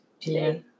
today